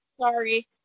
Sorry